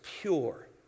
pure